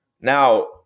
Now